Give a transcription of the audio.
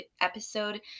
episode